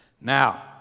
Now